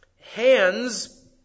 hands